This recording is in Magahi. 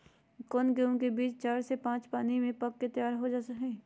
कौन गेंहू के बीज चार से पाँच पानी में पक कर तैयार हो जा हाय?